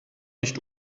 nicht